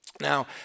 Now